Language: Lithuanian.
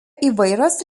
įvairios